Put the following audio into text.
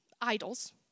idols